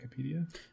Wikipedia